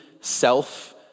self